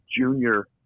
junior